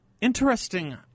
interesting